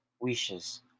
wishes